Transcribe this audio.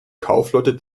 kaufleute